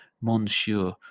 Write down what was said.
Monsieur